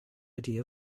idea